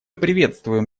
приветствуем